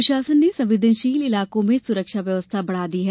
प्रशासन ने संवेदनशील इलाकों में सुरक्षा व्यवस्था बढ़ा दी है